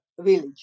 village